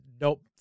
Nope